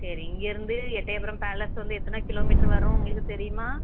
சரி இங்கேயிருந்து எட்டையபுரம் பேலஸ் வந்து எத்தனை கிலோமீட்ரு வரும் உங்களுக்கு தெரியுமா